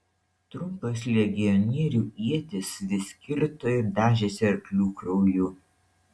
trumpos legionierių ietys vis kirto ir dažėsi arklių krauju